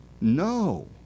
No